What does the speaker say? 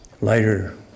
lighter